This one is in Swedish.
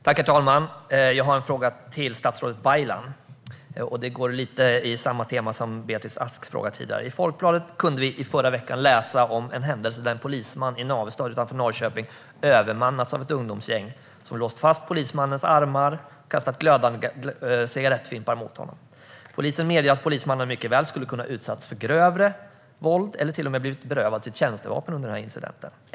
Herr talman! Jag har en fråga till statsrådet Baylan. Den har lite av samma tema som Beatrice Asks fråga tidigare. I Folkbladet kunde vi i förra veckan läsa om en händelse där en polisman i Navestad utanför Norrköping övermannades av ett ungdomsgäng som hade låst fast polismannens armar och kastat glödande cigarettfimpar mot honom. Polisen medger att polismannen mycket väl skulle kunna ha utsatts för grövre våld eller till och med ha kunnat bli berövad sitt tjänstevapen under incidenten.